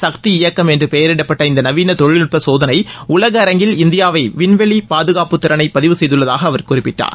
சக்தி இயக்கம் என்று பெயரிடப்பட்ட இந்த நவீன தொழில்நட்ப சோதனை உலக அரங்கில் இந்தியாவை விண்வெளி பாதுகாப்புத்திறனை பதிவு செய்துள்ளதாக அவர் குறிப்பிட்டார்